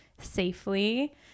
safely